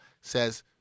says